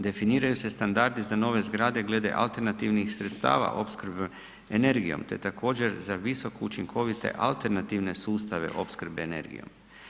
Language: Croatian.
Definiraju se standardi za nove zgrade glede alternativnih sredstava opskrbe energijom te također za visoko učinkovite alternativne sustave opskrbe energijom.